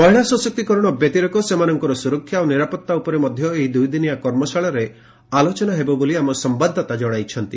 ମହିଳା ସଶକ୍ତିକରଣ ବ୍ୟତିରେକ ସେମାନଙ୍କର ସୁରକ୍ଷା ଓ ନିରାପତ୍ତା ଉପରେ ମଧ୍ୟ ଏହି ଦୁଇଦିନିଆ କର୍ମଶାଳାରେ ମଧ୍ୟ ଆଲୋଚନା ହେବ ବୋଲି ଆମ ସମ୍ଭାଦଦାତା ଜଣାଇଛନ୍ତି